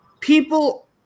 People